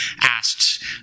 asked